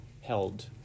held